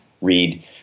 read